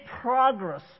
progress